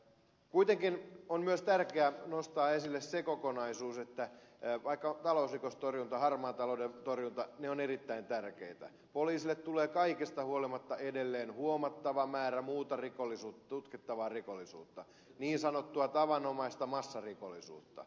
kuitenkin on myös tärkeää nostaa esille se kokonaisuus että vaikka talousrikostorjunta ja harmaan talouden torjunta ovat erittäin tärkeitä poliisille tulee kaikesta huolimatta edelleen huomattava määrä muuta tutkittavaa rikollisuutta niin sanottua tavanomaista massarikollisuutta